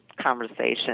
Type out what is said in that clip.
conversation